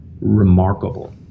remarkable